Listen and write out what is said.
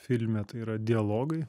filme tai yra dialogai